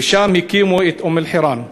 ושם הקימו את אום-אלחיראן.